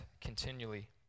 continually